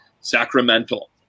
sacramental